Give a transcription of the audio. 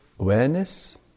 Awareness